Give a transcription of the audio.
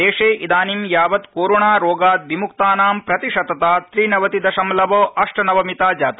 देशे इदानीं यावत् कोरोणा रोगात् विमुक्तानां प्रतिशतता त्रिनवति दशमलव अष्ट नवमिता जाता